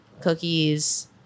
cookies